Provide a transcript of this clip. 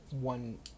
one